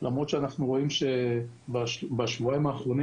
למרות שאנחנו רואים שבשבועיים האחרונים